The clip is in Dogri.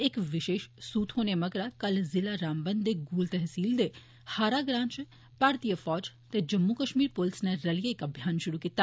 इक विशेष सूह थोहने मगरा कल जिला रामबन दे गूल तहसील दे हारा ग्रां च भारतीय फौज ते जम्मू कश्मीर पूलस नै रलियै इक अभियान शुरु किता